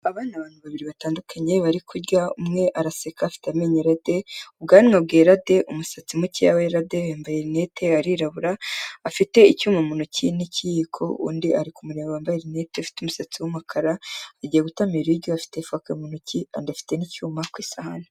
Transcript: Aba ni abantu babiri batandukanye bari kurya umwe araseka afite amenyo yerade ubwanwa bwera de umusatsi muke werade yambaye rinete arirabura afite icyuma mu ntoki n'ikiyiko, undi ari kumureba wambaye linete ufite umusatsi w'umukara agiye gutamira ibiryo afite ifoke mu ntoki afite n'icyuma ku isahani.